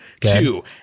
Two